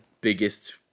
biggest